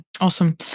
awesome